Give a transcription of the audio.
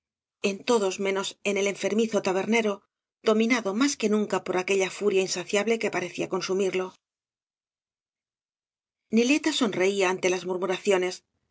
en todos menos en el enfermizo tabernero dominado más que nunca por aquella furia ínsa ciable que parecía consumirlos neleta sonreía ante las murmuraciones no